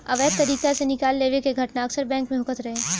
अवैध तरीका से निकाल लेवे के घटना अक्सर बैंक में होखत रहे